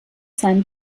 seinen